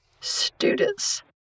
students